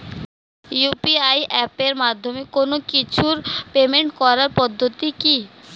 UPI এপের মাধ্যমে কোন কিছুর পেমেন্ট করার পদ্ধতি কি?